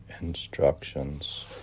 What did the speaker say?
instructions